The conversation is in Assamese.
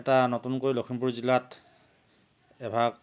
এটা নতুনকৈ লখিমপুৰ জিলাত এভাগ